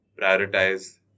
prioritize